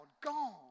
gone